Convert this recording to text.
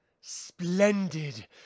Splendid